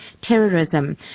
terrorism